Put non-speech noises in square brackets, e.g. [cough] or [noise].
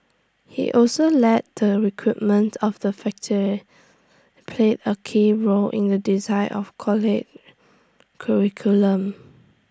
he also led the recruitment of the [unintelligible] played A key role in the design of college's curriculum